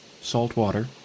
saltwater